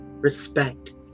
respect